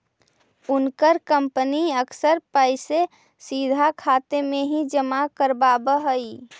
उनकर कंपनी अक्सर पैसे सीधा खाते में ही जमा करवाव हई